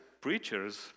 preachers